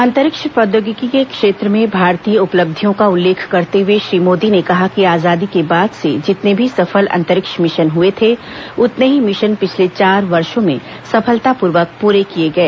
अंतरिक्ष प्रौद्योगिकी के क्षेत्र में भारतीय उपलब्धियों का उल्लेख करते हुए श्री मोदी ने कहा कि आजादी के बाद से जितने भी सफल अंतरिक्ष मिशन हुए थे उतने ही मिशन पिछले चार वर्षो में सफलतापूर्वक पूरे किए गए